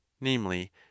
namely